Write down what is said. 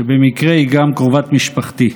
שבמקרה היא גם קרובת משפחתי: